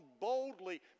boldly